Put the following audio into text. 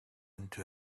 into